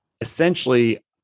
essentially